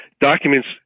documents